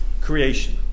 creation